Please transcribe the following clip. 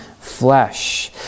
flesh